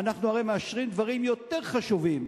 אנחנו הרי מאשרים דברים יותר חשובים.